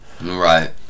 right